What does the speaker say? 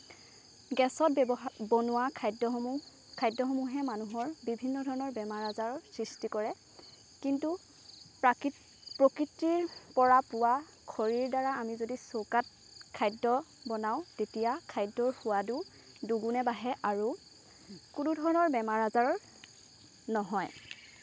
গেছত ব্যৱহা বনোৱা খাদ্যসমূহে মানুহৰ বিভিন্ন ধৰণৰ বেমাৰ আজাৰৰ সৃষ্টি কৰে কিন্তু প্ৰাকি প্ৰকৃতিৰ পৰা পোৱা খৰিৰ দ্বাৰা আমি যদি চৌকাত খাদ্য বনাও তেতিয়া খাদ্যৰ সোৱদো দুগুণে বাঢ়ে আৰু কোনো ধৰণৰ বেমাৰ আজাৰৰ নহয়